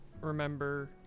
remember